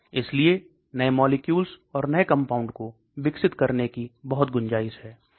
इसलिए नए मोलेक्युल्स और नए कंपाउंड को विकसित करने की बहुत गुंजाइश है